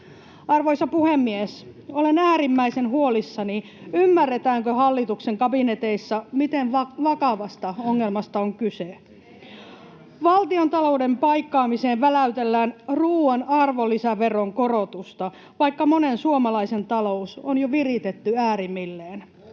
Arvoisa puhemies! Olen äärimmäisen huolissani, ymmärretäänkö hallituksen kabineteissa, miten vakavasta ongelmasta on kyse. Valtiontalouden paikkaamiseen väläytellään ruuan arvonlisäveron korotusta, vaikka monen suomalaisen talous on jo viritetty äärimmilleen.